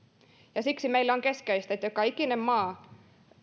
ja siksi meille on keskeistä että joka ikinen maa